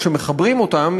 כשמחברים אותם,